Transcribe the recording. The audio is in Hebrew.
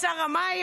את שר המים?